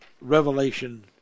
revelation